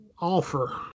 offer